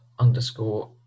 underscore